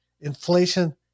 inflation